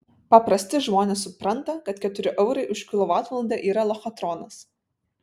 paprasti žmonės supranta kad keturi eurai už kilovatvalandę yra lochatronas